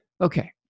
Okay